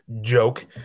joke